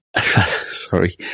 Sorry